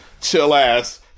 chill-ass